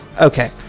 Okay